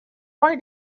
why